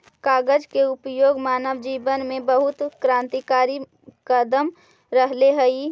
कागज के उपयोग मानव जीवन में बहुत क्रान्तिकारी कदम रहले हई